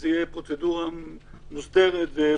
זאת תהיה פרוצדורה מוסדרת וברורה.